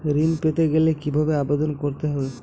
ঋণ পেতে গেলে কিভাবে আবেদন করতে হবে?